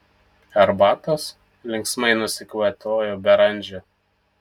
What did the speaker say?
arbatos linksmai nusikvatojo beranžė